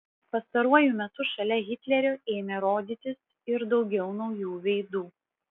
pastaruoju metu šalia hitlerio ėmė rodytis ir daugiau naujų veidų